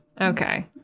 Okay